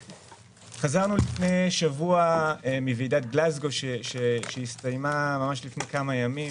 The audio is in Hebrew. חזרנו לפני שבוע מוועידת גלזגו שהסתיימה ממש לפני כמה ימים.